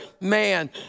man